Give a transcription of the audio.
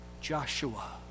Joshua